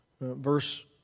verse